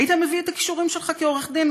היית מביא את הכישורים שלך כעורך דין,